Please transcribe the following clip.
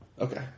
Okay